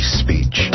speech